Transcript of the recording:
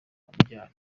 umbyara